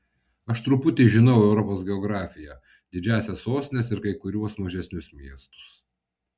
aš truputį žinau europos geografiją didžiąsias sostines ir kai kuriuos mažesnius miestus